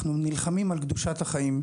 אנחנו נלחמים על קדושת החיים.